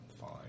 Fine